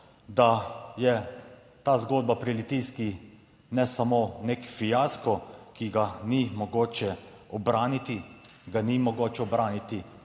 da je ta zgodba pri Litijski ne samo nek fiasko, ki ga ni mogoče ubraniti, ga ni mogoče ubraniti,